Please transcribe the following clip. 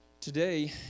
Today